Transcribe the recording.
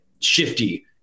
shifty